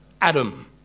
Adam